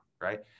Right